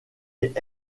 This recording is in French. est